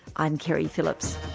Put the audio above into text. i'm keri phillips.